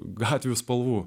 gatvių spalvų